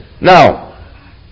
Now